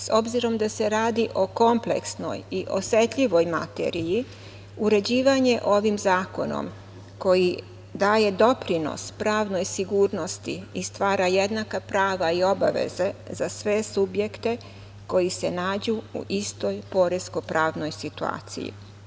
S obzirom da se radi o kompleksnoj i osetljivoj materiji, uređivanje ovim zakonom koji daje doprinos pravnoj sigurnosti i stvara jednaka prava i obaveze za sve subjekte koji se nađu u istoj poresko-pravnoj situaciji.